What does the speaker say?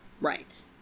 Right